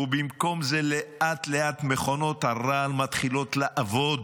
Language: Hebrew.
במקום זה לאט-לאט מכונות הרעל מתחילות לעבוד,